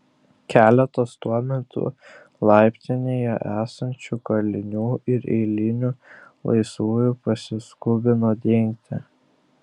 keletas tuo metu laiptinėje esančių kalinių ir eilinių laisvųjų pasiskubino dingti